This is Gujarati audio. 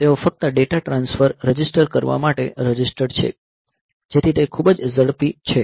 તેઓ ફક્ત ડેટા ટ્રાન્સફર રજીસ્ટર કરવા માટે રજિસ્ટર્ડ છે જેથી તે ખૂબ જ ઝડપી છે